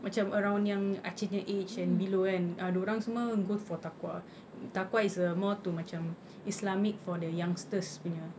macam around yang achin punya age and below kan ah dia orang semua go for TAQWA TAQWA is a more to macam islamic for the youngsters punya